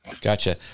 Gotcha